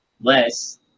less